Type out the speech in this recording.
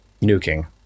nuking